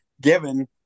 given